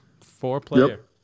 Four-player